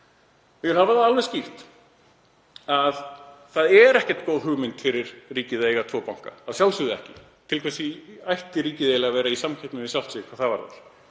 Ég vil hafa það alveg skýrt að það er ekki góð hugmynd fyrir ríkið að eiga tvo banka, að sjálfsögðu ekki. Til hvers ætti ríkið eiginlega vera í samkeppni við sjálft sig hvað það varðar?